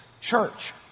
church